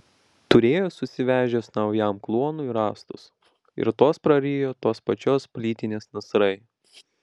turėjo susivežęs naujam kluonui rąstus ir tuos prarijo tos pačios plytinės nasrai